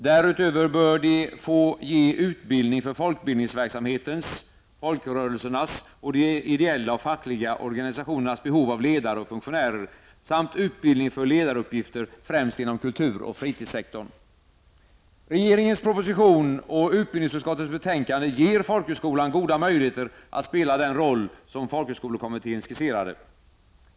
Därutöver bör de få ge utbildning för folkbildningsverksamhetens, folkrörelsernas och de ideella och fackliga organisationernas behov av ledare och funktionärer samt utbildning för ledaruppgifter främst inom kultur och fritidssektorn. Regeringens proposition och utbildningsutskottets betänkande ger folkhögskolan goda möjligheter att spela den roll som folkhögskolekommittén skisserade.